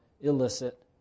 illicit